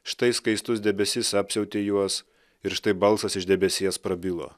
štai skaistus debesis apsiautė juos ir štai balsas iš debesies prabilo